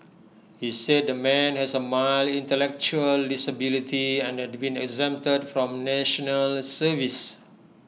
he said the man has A mild intellectual disability and had been exempted from National Service